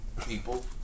people